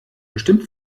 bestimmt